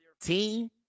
team